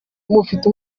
mufite